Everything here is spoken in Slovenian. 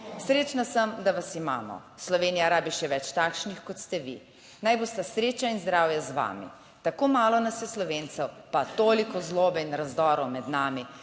Srečna sem, da vas imamo. Slovenija rabi še več takšnih, kot ste vi. Naj bosta sreča in zdravje z vami. Tako malo nas je Slovencev, pa toliko zlobe in razdorov med nami,